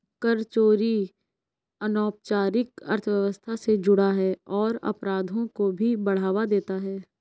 कर चोरी अनौपचारिक अर्थव्यवस्था से जुड़ा है और अपराधों को भी बढ़ावा देता है